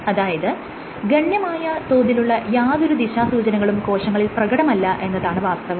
അതായത് ഗണ്യമായ തോതിലുള്ള യാതൊരു ദിശാസൂചനകളും കോശങ്ങളിൽ പ്രകടമല്ല എന്നതാണ് വാസ്തവം